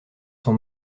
son